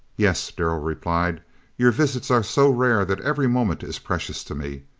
yes, darrell replied your visits are so rare that every moment is precious to me,